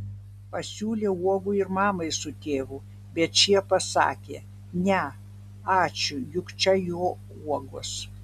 pasiūlė uogų ir mamai su tėvu bet šie pasakė ne ačiū juk čia jo uogos